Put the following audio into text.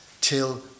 till